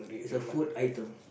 it's a food item